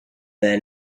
their